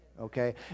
Okay